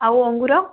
ଆଉ ଅଙ୍ଗୁର